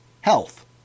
health